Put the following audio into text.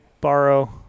borrow